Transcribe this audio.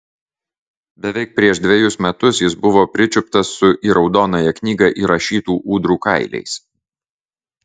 beveik prieš dvejus metus jis buvo pričiuptas su į raudonąją knygą įrašytų ūdrų kailiais